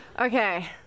Okay